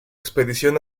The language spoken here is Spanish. expedición